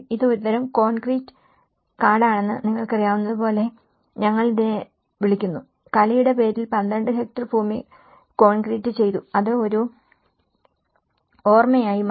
ഇത് ഒരുതരം കോൺക്രീറ്റ് കാടാണെന്ന് നിങ്ങൾക്കറിയാവുന്നതുപോലെ ഞങ്ങൾ ഇതിനെ വിളിക്കുന്നു കലയുടെ പേരിൽ 12 ഹെക്ടർ ഭൂമി കോൺക്രീറ്റ് ചെയ്തു അത് ഒരു ഓർമ്മയായി മാറി